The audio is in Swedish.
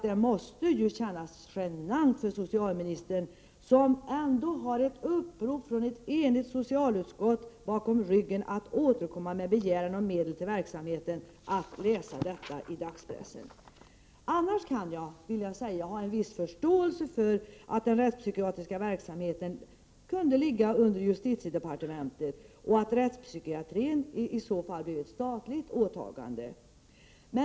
Det måste kännas genant för socialministern att läsa detta i dagspressen. Hon har ju fått ett uppdrag från ett enigt socialutskott att återkomma med begäran om medel till verksamheten. Jag kan annars ha en viss förståelse för att den rättspsykiatriska verksamheten läggs under justitiedepartementet och att rättspsykiatrin i så fall blir ett statligt åtagande.